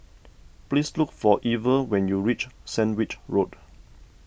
please look for Lver when you reach Sandwich Road